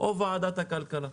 או ועדת הכלכלה.